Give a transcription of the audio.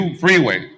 freeway